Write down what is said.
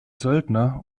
söldner